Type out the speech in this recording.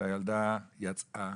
שהילדה יצאה,